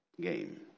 game